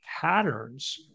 patterns